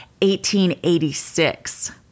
1886